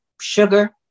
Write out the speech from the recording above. sugar